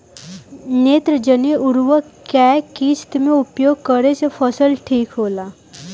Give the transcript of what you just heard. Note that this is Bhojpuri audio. नेत्रजनीय उर्वरक के केय किस्त मे उपयोग करे से फसल ठीक होला?